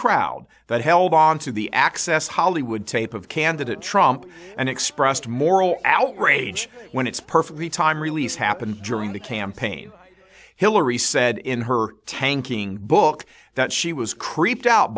crowd that held on to the access hollywood tape of candidate trump and expressed moral outrage when it's perfectly time release happened during the campaign hillary said in her tanking book that she was creeped ou